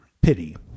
pity